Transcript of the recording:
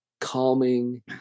calming